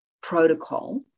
protocol